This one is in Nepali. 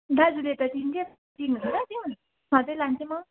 दाजुले त चिन्थ्यो चिन्नुहुन्छ त्यो सधैँ लान्थेँ म